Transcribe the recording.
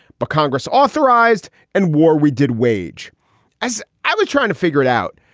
but congress authorized and war. we did wage as i was trying to figure it out.